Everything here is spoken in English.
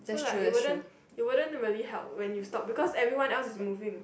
so like it wouldn't it wouldn't really help when you stop because everyone else is moving